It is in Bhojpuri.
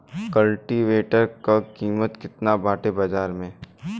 कल्टी वेटर क कीमत केतना बाटे बाजार में?